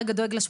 דיברת על הטווח